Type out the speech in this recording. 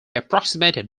approximated